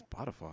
Spotify